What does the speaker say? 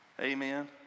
Amen